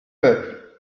peuple